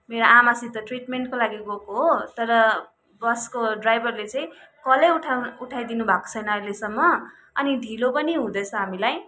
मेरो आमासित ट्रिटमेन्टको लागि गएको हो तर बसको ड्राइभरले चाहिँ कलै उठाउन उठाइदिनु भएको छैन अहिलेसम्म अनि ढिलो पनि हुँदैछ हामीलाई